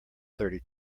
thirty